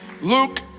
Luke